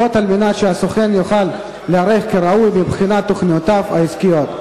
זאת על מנת שהסוכן יוכל להיערך כראוי מבחינת תוכניותיו העסקיות.